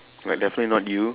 like definitely not you